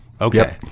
Okay